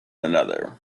another